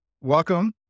welcome